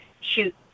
shoot